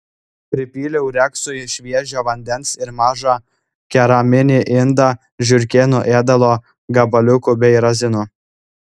pripyliau reksui šviežio vandens ir mažą keraminį indą žiurkėnų ėdalo gabaliukų bei razinų